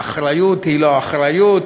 האחריות היא לא אחריות,